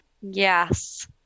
Yes